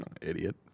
idiot